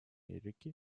америки